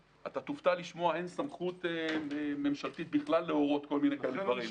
תופתע לשמוע שהיום אין סמכות ממשלתית בכלל להורות כל מיני דברים.